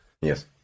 Yes